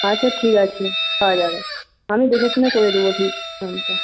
আচ্ছা ঠিক আছে পাওয়া যাবে আমি দেখে শুনে করে দেবো ঠিক দামটা